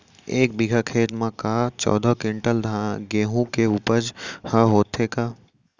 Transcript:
एक बीघा खेत म का चौदह क्विंटल गेहूँ के उपज ह होथे का?